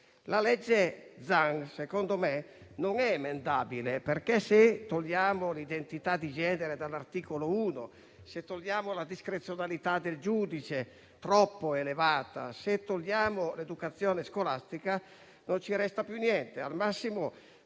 di legge Zan non è emendabile, perché, se togliamo l'identità di genere dall'articolo 1, la discrezionalità del giudice troppo elevata e l'educazione scolastica, non ci resta più niente;